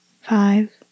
five